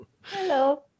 hello